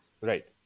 right